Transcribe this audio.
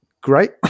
great